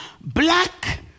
Black